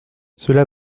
cela